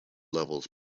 levels